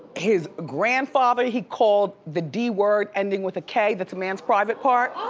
his grandfather he called the d word, ending with a k, that's a man's private part.